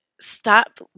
stop